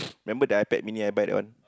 remember that iPad mini I buy that one